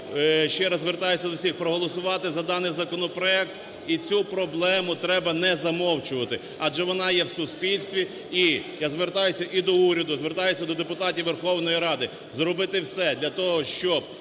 ще раз звертаюся до всіх проголосувати за даний законопроект і цю проблему треба не замовчувати, адже вона є в суспільстві. І я звертаюся, і до уряду, звертаюся до депутатів Верховної Ради, зробити все для того, щоб